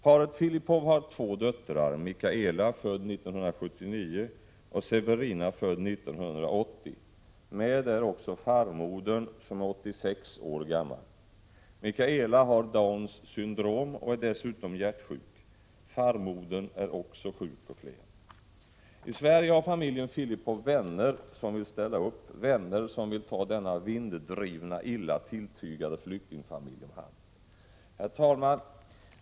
Paret Filipov har två döttrar, Michaela född 1979 och Severina född 1980. Med är också farmodern, som är 86 år gammal. Michaela lider av Downs syndrom och är dessutom hjärtsjuk. Farmodern är också sjuk och klen. I Sverige har familjen Filipov vänner som vill ställa upp och ta om hand denna vinddrivna och illa tilltygade flyktingfamilj. Herr talman!